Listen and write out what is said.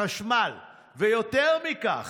החשמל, ויותר מכך,